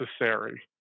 necessary